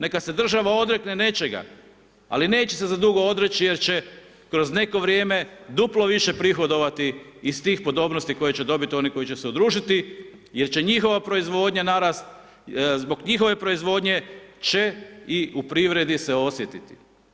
Neka se država odrekne nečega, al neće se zadugo odreći jer će kroz neko vrijeme, duplo više prihodovati iz tih podobnosti koje će dobiti oni koji će se udružiti jer će njihova proizvodnja narasti, zbog njihove proizvodnje će i u privredi se osjetiti.